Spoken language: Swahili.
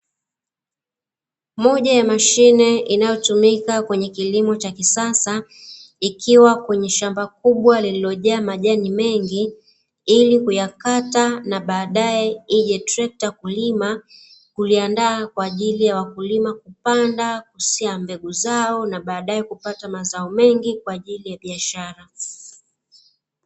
Moja ya mashine inayotumika kwenye kilimo cha kisasa ikiwa kwenye shamba kubwa lililojaa majani mengi ili kuyakata na badae ije trekta kulima, kuliandaa kwa ajili ya wakulima kupanda, kusia mbegu zao na badae kupata mazao mengi kwa ajili ya biashara.